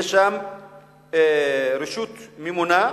יש שם רשות ממונה,